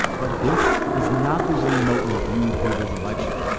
but this was not the way moton viewed hoover's election.